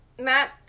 Matt